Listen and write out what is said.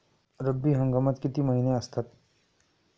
रब्बी हंगामात किती महिने असतात?